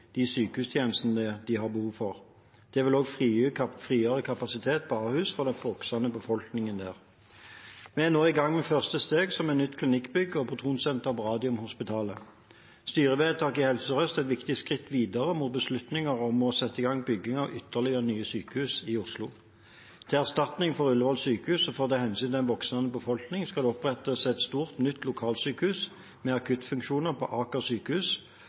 de sykehustjenestene de har behov for. Det vil også frigjøre kapasitet på Ahus for den voksende befolkningen. Vi er nå i gang med første steg, som er nytt klinikkbygg og protonsenter på Radiumhospitalet. Styrevedtaket i Helse Sør-Øst er et viktig skritt videre mot beslutningen om å sette i gang bygging av ytterligere nye sykehus i Oslo. Til erstatning for Ullevål sykehus og for å ta hensyn til en voksende befolkning skal det opprettes et stort nytt lokalsykehus med akuttfunksjoner ved Aker sykehus,